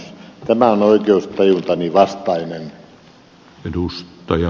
tämä on oikeustajuntani vastainen